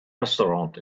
restaurant